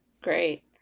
Great